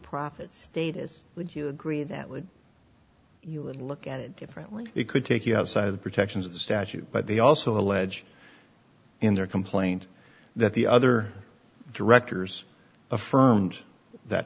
profit status would you agree that would you would look at it differently it could take you outside the protections of the statute but they also allege in their complaint that the other directors affirmed that